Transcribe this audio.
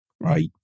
right